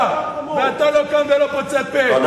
ואתה לא קם ולא פוצה פה,